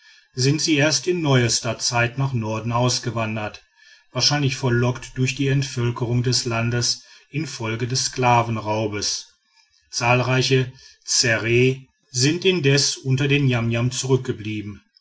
sind sie erst in neuester zeit nach norden ausgewandert wahrscheinlich verlockt durch die entvölkerung des landes infolge des sklavenraubes zahlreiche ssere sind indes unter den niamniam zurückgeblieben